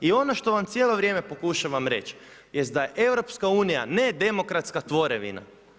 I ono što vam cijelo vrijeme pokušavam reći jest da je EU nedemokratska tvorevina.